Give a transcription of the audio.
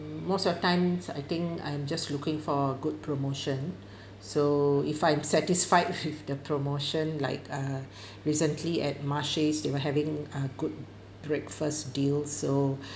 most of times I think I'm just looking for a good promotion so if I'm satisfied with the promotion like err recently at marche they were having uh good breakfast deal so